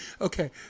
Okay